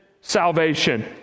salvation